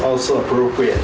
also appropriate